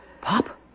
Pop